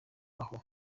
aho